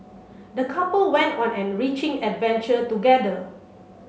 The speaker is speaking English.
the couple went on an enriching adventure together